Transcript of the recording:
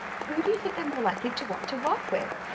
who do you think they're more likely to want to work with,